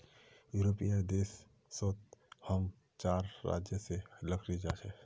European देश सोत हम चार राज्य से लकड़ी जा छे